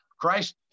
Christ